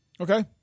Okay